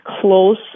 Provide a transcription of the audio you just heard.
close